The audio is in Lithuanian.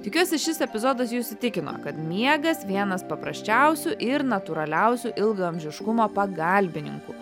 tikiuosi šis epizodas jus įtikino kad miegas vienas paprasčiausių ir natūraliausių ilgaamžiškumo pagalbininkų